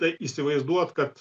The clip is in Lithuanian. tai įsivaizduot kad